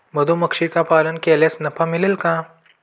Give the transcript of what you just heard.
मधुमक्षिका पालन केल्यास नफा मिळेल का?